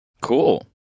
Cool